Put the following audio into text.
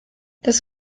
das